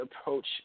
approach